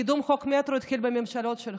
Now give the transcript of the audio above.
קידום חוק המטרו התחיל בממשלות שלך.